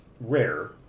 rare